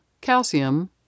Calcium